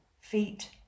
feet